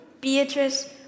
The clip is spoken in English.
Beatrice